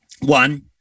one